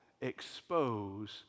expose